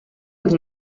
als